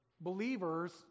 believers